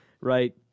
right